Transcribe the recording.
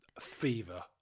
fever